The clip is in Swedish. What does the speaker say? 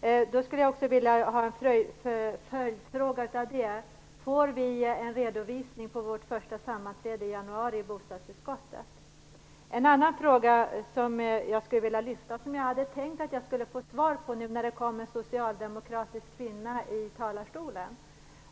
Med anledning av det skulle jag också vilja ställa en följdfråga: Får vi en redovisning på vårt första sammanträde i januari i bostadsutskottet? Jag har en annan fråga som jag vill lyfta fram och som jag hade tänkt att jag skulle få svar på, nu när det kom upp en socialdemokratisk kvinna i talarstolen.